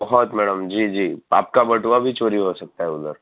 બહોત madam ji જી આપકા બટુઆ ભી ચોરી હો સકતા હે ઉધર